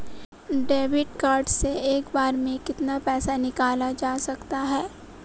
Debit card से एक बार में कितना पैसा निकाला जा सकता है?